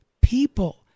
people